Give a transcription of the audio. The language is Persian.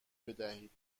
بدهید